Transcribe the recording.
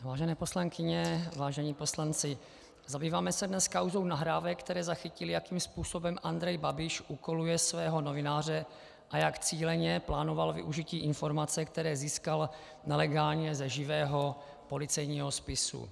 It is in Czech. Vážené poslankyně, vážení poslanci, zabýváme se dnes kauzou nahrávek, které zachytily, jakým způsobem Andrej Babiš úkoluje svého novináře a jak cíleně plánoval využití informací, které získal nelegálně ze živého policejního spisu.